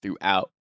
throughout